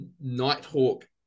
nighthawk